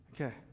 Okay